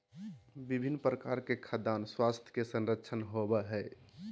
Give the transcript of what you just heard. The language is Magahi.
विभिन्न प्रकार के खाद्यान स्वास्थ्य के संरक्षण होबय हइ